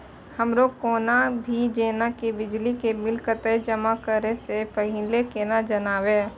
हमर कोनो भी जेना की बिजली के बिल कतैक जमा करे से पहीले केना जानबै?